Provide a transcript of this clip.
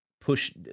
push